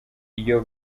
iyo